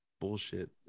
bullshit